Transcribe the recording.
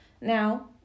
Now